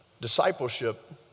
Discipleship